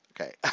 Okay